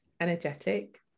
energetic